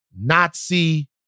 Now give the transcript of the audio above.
Nazi